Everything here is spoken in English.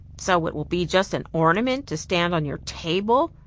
so it will be just an ornament to stand on your table,